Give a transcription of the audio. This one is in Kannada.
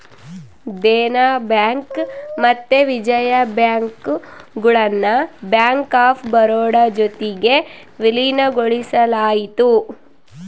ದೇನ ಬ್ಯಾಂಕ್ ಮತ್ತೆ ವಿಜಯ ಬ್ಯಾಂಕ್ ಗುಳ್ನ ಬ್ಯಾಂಕ್ ಆಫ್ ಬರೋಡ ಜೊತಿಗೆ ವಿಲೀನಗೊಳಿಸಲಾಯಿತು